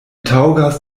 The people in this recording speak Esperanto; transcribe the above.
taŭgas